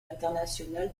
international